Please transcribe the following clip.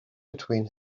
between